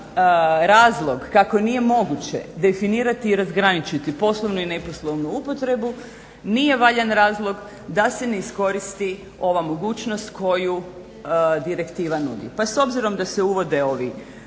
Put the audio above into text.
razlog kako nije moguće definirati i razgraničiti poslovnu i neposlovnu upotrebu nije valjan razlog da se ne iskoristi ova mogućnost koju direktiva nudi. Pa s obzirom da se uvode ovi